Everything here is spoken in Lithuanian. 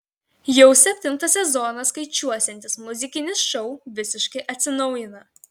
jau septintą sezoną skaičiuosiantis muzikinis šou visiškai atsinaujina